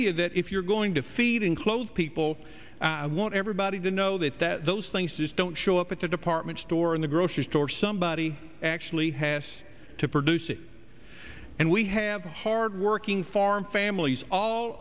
you that if you're going to feed and clothe people i want everybody to know that those things don't show up at the department store in the grocery store somebody actually has to produce it and we have hardworking farm families all